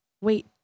wait